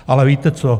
Ale víte co?